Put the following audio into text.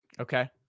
Okay